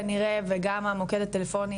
כנראה וגם המוקד הטלפוני,